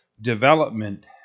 development